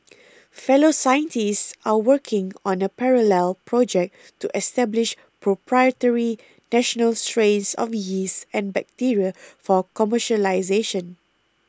fellow scientists are working on a parallel project to establish proprietary national straits of yeast and bacteria for commercialisation